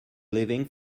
leaving